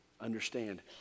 understand